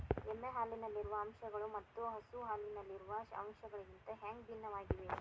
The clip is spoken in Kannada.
ಎಮ್ಮೆ ಹಾಲಿನಲ್ಲಿರುವ ಅಂಶಗಳು ಮತ್ತ ಹಸು ಹಾಲಿನಲ್ಲಿರುವ ಅಂಶಗಳಿಗಿಂತ ಹ್ಯಾಂಗ ಭಿನ್ನವಾಗಿವೆ?